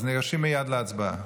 אז ניגשים מייד להצבעה.